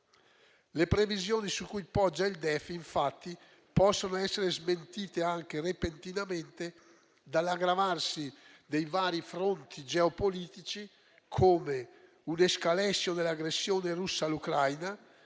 Le previsioni su cui poggia il DEF possono essere smentite anche repentinamente dall'aggravarsi dei vari fronti geopolitici come un'*escalation* dell'aggressione russa all'Ucraina,